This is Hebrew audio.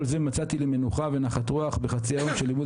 מצאתי לי מנוחה ונחת רוח בחצי היום של לימוד